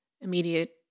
immediate